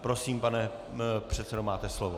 Prosím, pane předsedo, máte slovo.